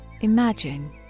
imagine